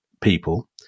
people